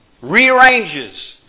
Rearranges